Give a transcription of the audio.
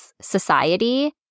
society